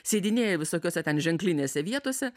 sėdinėja visokiuose ten ženklinėse vietose